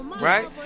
right